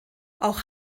auch